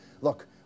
look